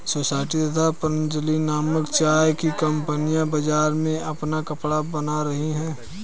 society तथा पतंजलि नामक चाय की कंपनियां बाजार में अपना पकड़ बना रही है